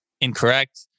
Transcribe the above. incorrect